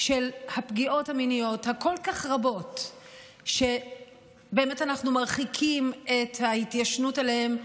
של הפגיעות המיניות הכל-כך רבות שאנחנו מרחיקים את ההתיישנות עליהן.